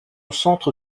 centre